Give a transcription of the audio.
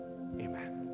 Amen